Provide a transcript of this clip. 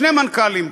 שני מנכ"לים.